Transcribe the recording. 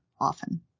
often